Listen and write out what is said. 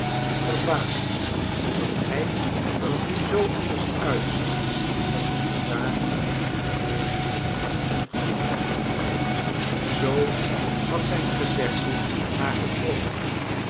verbaasd dat hij er nu zoo anders uitzag dan in de dagen van voorspoed en geluk zoo had zijn gezegde haar getroffen